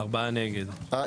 הצבעה בעד 3 נגד 4